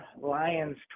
Lions